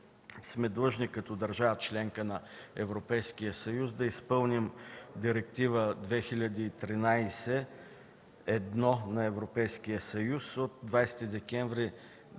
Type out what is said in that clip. Директива 2013/1 на Европейския съюз от 20 декември